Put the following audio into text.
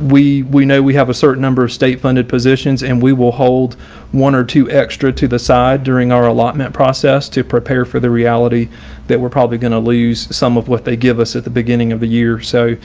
we we know, we have a certain number of state funded positions. and we will hold one or two extra to the side during our allotment process to prepare for the reality that we're probably going to lose some of what they give us at the beginning of the year. so